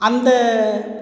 அந்த